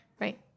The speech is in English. Right